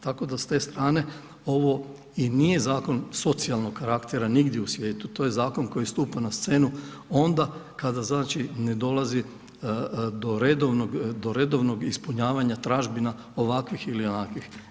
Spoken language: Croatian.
Tako da s te strane ovo i nije zakon socijalnog karaktera nigdje u svijetu, to je zakon koji stupa na scenu onda kada znači ne dolazi do redovnog ispunjavanja tražbina ovakvih ili onakvih.